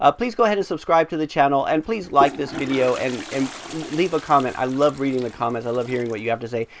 ah please go ahead and subscribe to the channel and please like this video and um leave a comment. i love reading the comments, i love hearing what you have to say,